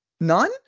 None